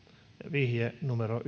vihje numero